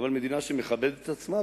אבל היא מדינה שמכבדת את עצמה,